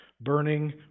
burning